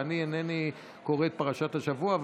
ואני אינני קורא את פרשת השבוע,